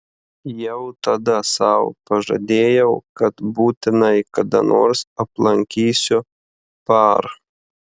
jau tada sau pažadėjau kad būtinai kada nors aplankysiu par